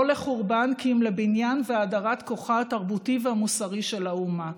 לא לחורבן כי אם לבניין והאדרת כוחה התרבותי והמוסרי של האומה,